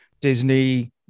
Disney